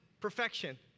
Perfection